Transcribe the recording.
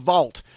Vault